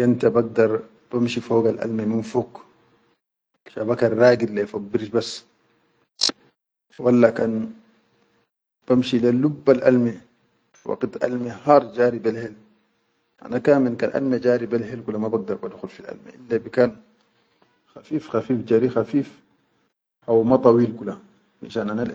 yamta bagdar bamshi fogal alme min fog shaba kan ragid leyi fok binshi bas walla kan bamshi le lubbal alme waqit bel hel ana kamil kan alme jari bel hel kula ma bagdar badukhul fi alme ille bikan khafif khafif jari khafif haw ma dawil kula finshan ana.